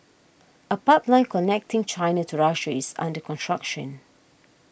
a pipeline connecting China to Russia is under construction